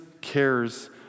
cares